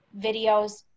videos